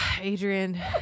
Adrian